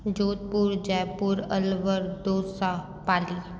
Jodhpur Jaipur Alwar Dausa Pali